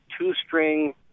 two-string